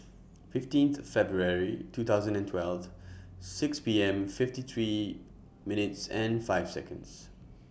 fifteen February two thousand and twelve six P M fifty three minutes and five Seconds